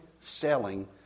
selling